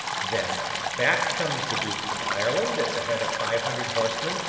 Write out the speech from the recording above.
then, back comes the duke from ireland at the head of five hundred horsemen,